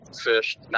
fished